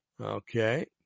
Okay